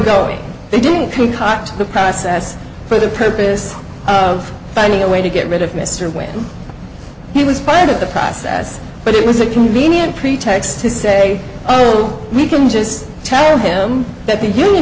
go they didn't concoct the process for the purpose of finding a way to get rid of mr when he was playing to the process but it was a convenient pretext to say oh we can just tell him that the union